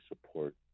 support